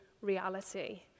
reality